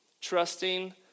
trusting